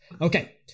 Okay